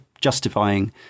justifying